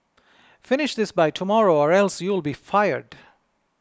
finish this by tomorrow or else you'll be fired